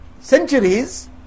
centuries